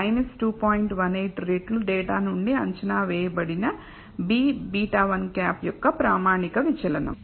18 రెట్లు డేటా నుండి అంచనా వేయబడిన b β̂1 యొక్క ప్రామాణిక విచలనం